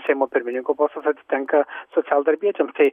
seimo pirmininko postas atitenka socialdarbiečiams tai